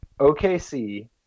OKC